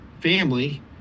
family